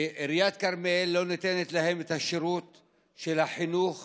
שעיריית כרמיאל לא נותנת להם את השירות של החינוך